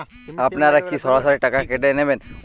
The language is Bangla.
আপনারা কি সরাসরি টাকা কেটে নেবেন?